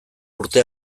urte